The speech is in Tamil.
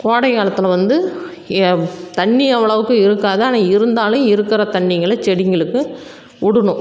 கோடை காலத்தில் வந்து தண்ணி அவ்வளவுக்கு இருக்காது ஆனால் இருந்தாலும் இருக்கிற தண்ணிங்களை செடிங்களுக்கு உடணும்